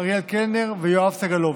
אריאל קלנר ויואב סגלוביץ'.